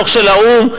דוח של האו"ם,